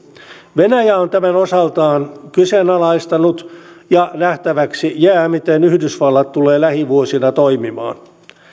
venäjä on tämän osaltaan kyseenalaistanut ja nähtäväksi jää miten yhdysvallat tulee lähivuosina toimimaan